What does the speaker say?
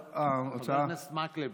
חבר הכנסת מקלב,